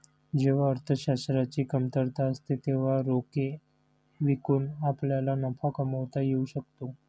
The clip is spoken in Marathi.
जेव्हा अर्थशास्त्राची कमतरता असते तेव्हा रोखे विकून आपल्याला नफा कमावता येऊ शकतो